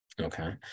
okay